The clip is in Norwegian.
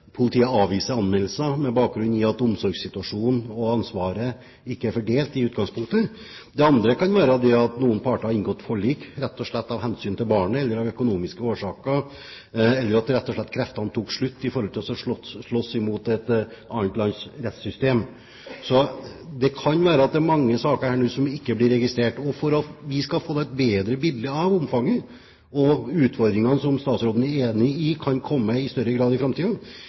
politiet avviser anmeldelser med bakgrunn i omsorgssituasjonen og at ansvaret ikke er fordelt i utgangspunktet. Det andre kan være at noen parter har inngått forlik, rett og slett av hensyn til barnet, eller av økonomiske årsaker, eller at kreftene rett og slett tok slutt når det gjelder å slåss mot et annet lands rettssystem. Så det kan være mange saker her som ikke blir registrert. For at vi skal få et bedre bilde av omfanget og utfordringene, som statsråden er enig i kan komme i større grad i